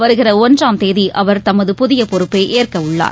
வருகிறஒன்றாம் தேதிஅவர் தமது புதியபொறுப்பைஏற்கஉள்ளார்